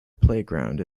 playground